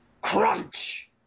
Crunch